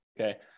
okay